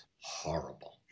horrible